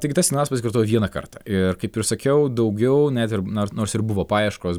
taigi tas signalas pasikartojo vieną kartą ir kaip ir sakiau daugiau net ir na nors ir buvo paieškos